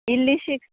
इल्लीशीं